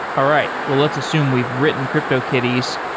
all right. well, let's assume we've written cryptokitties.